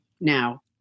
now